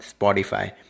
Spotify